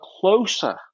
closer